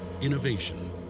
Innovation